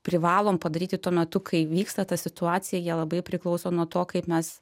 privalom padaryti tuo metu kai vyksta ta situacija jie labai priklauso nuo to kaip mes